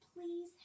please